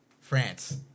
France